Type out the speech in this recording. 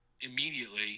immediately